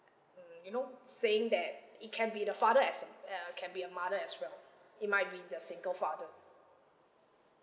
mm you know saying that it can be the father as a uh can be a mother as well it might be the single father